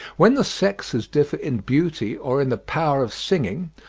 when the sexes differ in beauty or in the power of singing,